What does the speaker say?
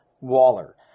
Waller